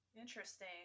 Interesting